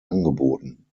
angeboten